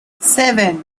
seven